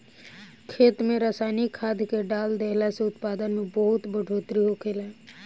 खेत में रसायनिक खाद्य के डाल देहला से उत्पादन में बहुत बढ़ोतरी होखेला